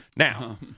Now